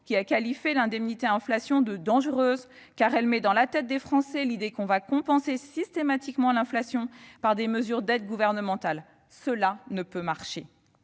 a qualifié l'indemnité inflation de « dangereuse » car elle « met dans la tête des Français l'idée qu'on va compenser systématiquement l'inflation par des mesures d'aides gouvernementales. Cela ne peut pas marcher.